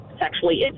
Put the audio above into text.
sexually